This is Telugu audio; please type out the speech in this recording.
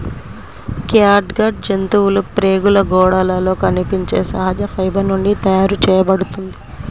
క్యాట్గట్ జంతువుల ప్రేగుల గోడలలో కనిపించే సహజ ఫైబర్ నుండి తయారు చేయబడుతుంది